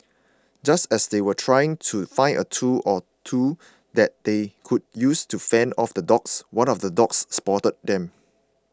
just as they were trying to find a tool or two that they could use to fend off the dogs one of the dogs spotted them